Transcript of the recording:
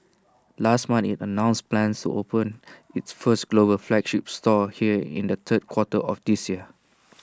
last month IT announced plans open its first global flagship store here in the third quarter of this year